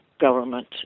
government